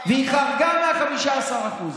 היא חרגה מה-15%.